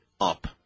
up